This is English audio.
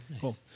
Cool